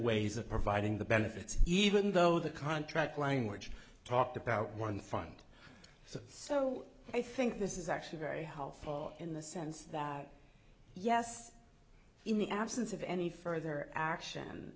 ways of providing the benefits even though the contract language talked about one fund so i think this is actually very helpful in the sense that yes in the absence of any further action